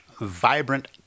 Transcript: vibrant